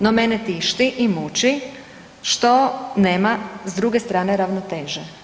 No, mene tišti i muči što nema s druge strane ravnoteže.